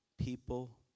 people